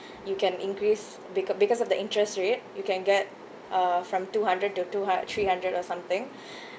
you can increase beca~ because of the interest rate you can get uh from two hundred to two hu~ three hundred or something